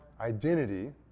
identity